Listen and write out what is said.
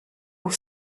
aux